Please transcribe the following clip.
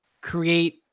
create